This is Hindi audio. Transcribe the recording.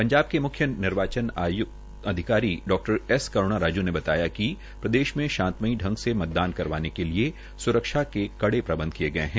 पंजाब के मुख्य निर्वाचन अधिकारी डॉ एस करूणा राजू ने बताया कि प्रदेश में शांतमयी ांग से मतदान करवाने के लिये सुरक्षा के कड़े प्रबंध किये गये है